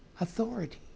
authority